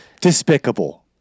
Despicable